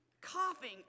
coughing